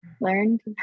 learned